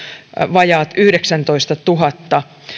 vajaat yhdeksäntoistatuhatta